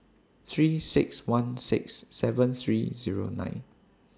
three six one six seven three Zero nine